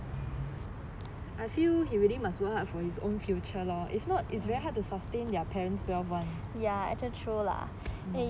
I feel he really must work hard for his own future lor if not it's very hard to sustain their parents wealth [one]